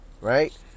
right